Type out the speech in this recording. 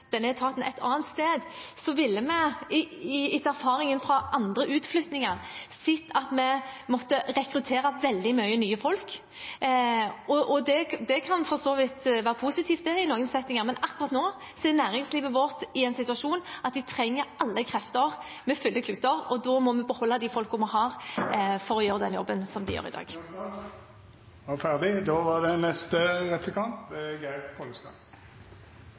denne etaten et annet sted, ville vi, etter erfaringen fra andre utflyttinger, sett at vi måtte rekruttert veldig mange nye folk. Det kan for så vidt være positivt i noen settinger, men akkurat nå er næringslivet vårt i den situasjonen at de trenger alle krefter, sette alle kluter til, og da må vi beholde de folkene vi har, for å gjøre den jobben som de gjør i dag. I denne saka er det